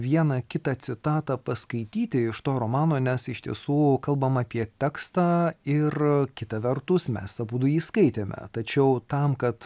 vieną kitą citatą paskaityti iš to romano nes iš tiesų kalbam apie tekstą ir kita vertus mes abudu jį skaitėme tačiau tam kad